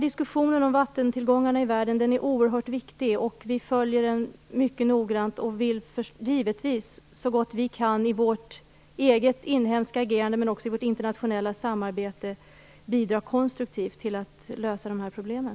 Diskussionen om vattentillgångarna i världen är oerhört viktig, och vi följer den mycket noggrant och vill givetvis så gott vi kan i vårt eget inhemska agerande men också i vårt internationella samarbete konstruktivt bidra till att lösa de här problemen.